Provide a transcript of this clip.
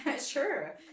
Sure